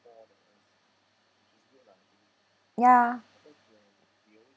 ya